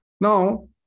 Now